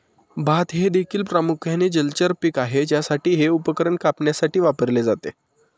भात हे देखील प्रामुख्याने जलचर पीक आहे ज्यासाठी हे उपकरण कापण्यासाठी वापरले जाते